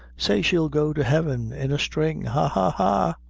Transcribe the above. say she'll go to heaven in a string. ha,